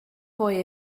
boy